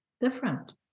different